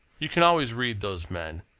you can always read those men.